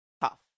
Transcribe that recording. tough